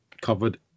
covered